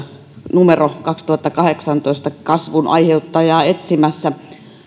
numero kuusitoista kautta kaksituhattakahdeksantoista kasvun aiheuttajaa etsimässä